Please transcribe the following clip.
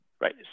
Right